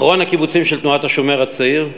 אחרון הקיבוצים של תנועת "השומר הצעיר",